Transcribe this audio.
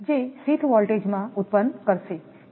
જે sheath voltage માં ઉત્પન્ન કરશે